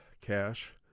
cash